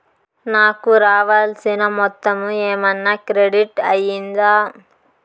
నాకు రావాల్సిన మొత్తము ఏమన్నా క్రెడిట్ అయ్యిందా